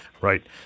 right